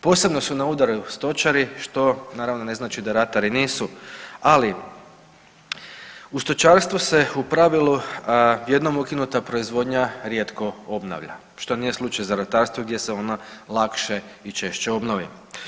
Posebno su na udaru stočari što naravno ne znači da ratari nisu, ali u stočarstvu se u pravilu jednom ukinuta proizvodnja rijetko obnavlja, što nije slučaj za ratarstvo gdje se ona lakše i češće obnovi.